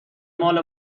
مال